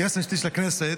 היועצת המשפטית של הכנסת,